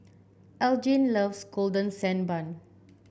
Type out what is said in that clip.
Elgin loves Golden Sand Bun